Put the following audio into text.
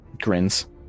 Grins